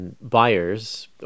Buyers